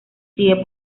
sigue